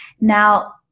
Now